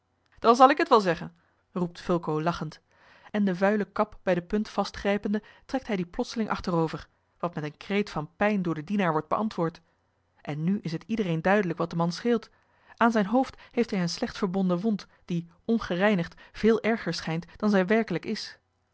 dan zal ik het wel zeggen roept fulco lachend en de vuile kap bij de punt vastgrijpende trekt hij die plotseling achterover wat met een kreet van pijn door den dienaar wordt beantwoord en nu is het iedereen duidelijk wat den man scheelt aan zijn hoofd heeft hij eene slecht verbonden wond die ongereinigd veel erger schijnt dan zij werkelijk is